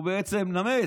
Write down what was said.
הוא בעצם נמס.